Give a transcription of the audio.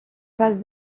passe